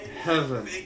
heaven